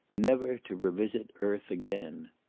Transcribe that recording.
never to revisit earth again.